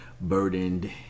burdened